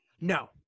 no